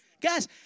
Guys